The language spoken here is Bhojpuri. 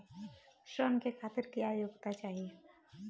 ऋण के खातिर क्या योग्यता चाहीं?